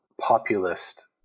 populist